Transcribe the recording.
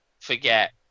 forget